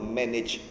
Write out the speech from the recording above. manage